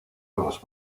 los